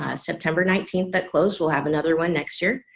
ah september nineteenth that closed we'll have another one next year